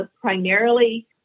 primarily